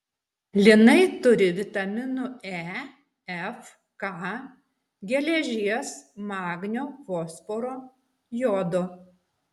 linai turi vitaminų e f k geležies magnio fosforo jodo